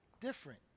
different